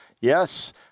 Yes